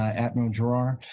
ah add measure giroir,